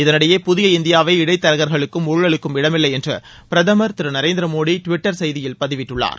இதனிடையே புதிய இந்தியாவை இடைத்தரகர்களுக்கும் ஊழலுக்கும் இடமில்லை என்று பிரதமர் திரு நரேந்திர மோடி டுவிட்டர் செய்தியில் பதிவிட்டுள்ளார்